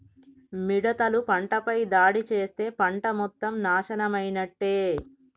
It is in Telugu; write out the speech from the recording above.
మిడతలు పంటపై దాడి చేస్తే పంట మొత్తం నాశనమైనట్టే